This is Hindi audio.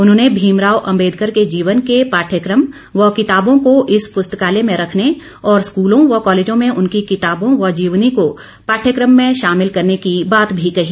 उन्होंने भीमराव अम्बेदकर के जीवन के पाठ्यक्रम व किताबों को इस पुस्तकालय में रखने और स्कूलों व कॉलेजों में उनकी किताबों व जीवनी को पाद्यक्रम में शामिल करने की बात भी कही